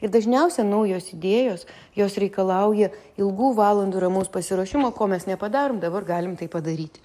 ir dažniausia naujos idėjos jos reikalauja ilgų valandų ramaus pasiruošimo ko mes nepadarom dabar galim tai padaryti